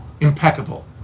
impeccable